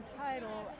title